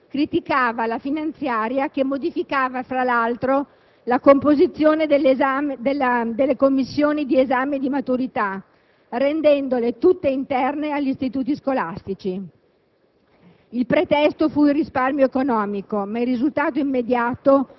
Quattro anni fa uno sciopero generale della CGIL-Scuola criticava la legge finanziaria che modificava la composizione delle commissioni degli esami di maturità rendendole tutte interne agli istituti scolastici.